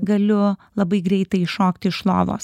galiu labai greitai iššokti iš lovos